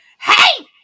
Hey